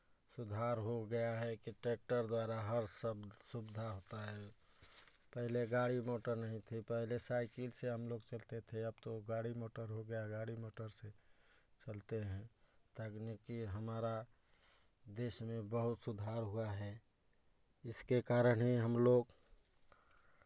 सुधार हो गया है के ट्रैक्टर द्वारा हर सब् सुविधा आता है पहले गाड़ी मोटर नहीं थे पहले साइकिल से हम लोग चलते थे अब तो गाड़ी मोटर हो गया है गाड़ी मोटर से चलते हैं तकनीकी हमारा देश में बहुत सुधार हुआ है इसके कारण ही हम लोग